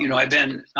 you know i've been